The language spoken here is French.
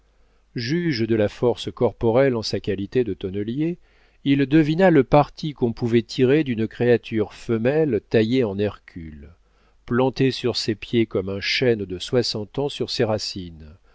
juge de la force corporelle en sa qualité de tonnelier il devina le parti qu'on pouvait tirer d'une créature femelle taillée en hercule plantée sur ses pieds comme un chêne de soixante ans sur ses racines